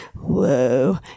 Whoa